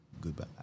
Goodbye